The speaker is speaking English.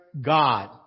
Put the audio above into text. God